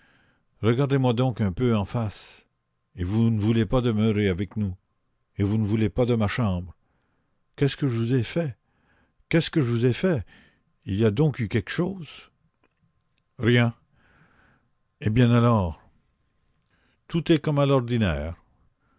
regardez-moi donc un peu en face et vous ne voulez pas demeurer avec nous et vous ne voulez pas de ma chambre qu'est-ce que je vous ai fait qu'est-ce que je vous ai fait il y a donc eu quelque chose rien eh bien alors tout est comme à l'ordinaire